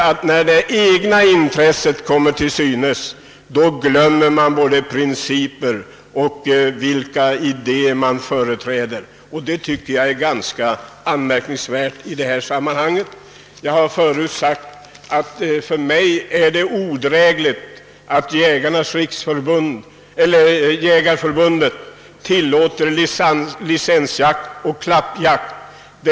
Det är anmärkningsvärt att man glömmer både principer och idéer när det egna intresset blir inblandat. Jag har förut sagt att det för mig framstår som odrägligt att Jägareförbundet tillåter licensjakt och klappjakt.